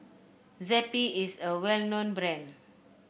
zappy is a well known brand